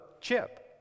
chip